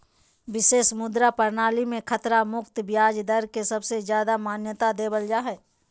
विशेष मुद्रा प्रणाली मे खतरा मुक्त ब्याज दर के सबसे ज्यादा मान्यता देवल जा हय